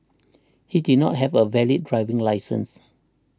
he did not have a valid driving licence